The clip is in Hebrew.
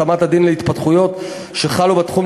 התאמת הדין להתפתחויות שחלו בתחום,